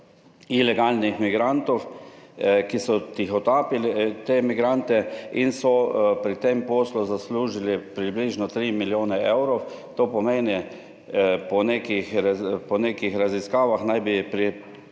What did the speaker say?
ilegalnih migrantov, ki so tihotapili te migrante in so pri tem poslu zaslužili približno 3 milijone evrov. To pomeni po nekih, po nekih raziskavah naj bi